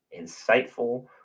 insightful